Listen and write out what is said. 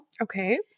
Okay